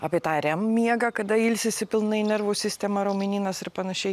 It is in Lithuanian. apie tą rem miegą kada ilsisi pilnai nervų sistema raumenynas ir panašiai